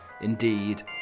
indeed